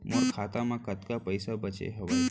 मोर खाता मा कतका पइसा बांचे हवय?